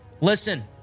Listen